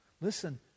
listen